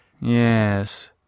Yes